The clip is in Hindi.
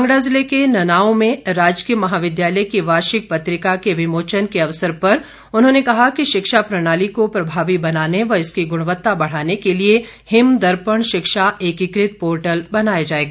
कांगड़ा जिले के ननाओं में राजकीय महाविद्यालय की वार्षिक पत्रिका के विमोचन अवसर पर उन्होंने कहा कि शिक्षा प्रणाली को प्रभावी बनाने व इसकी गुणवत्ता बढ़ाने के लिए हिम दर्पण शिक्षा एकीकृत पोर्टल बनाया जाएगा